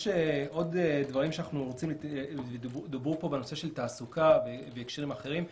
יש עוד דברים שדוברו פה בנושא של תעסוקה והקשרים אחרים.